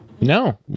No